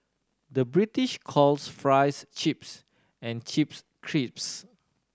the British calls fries chips and chips crisps